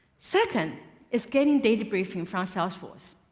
second is getting data briefing from salesforce.